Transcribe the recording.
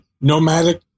nomadic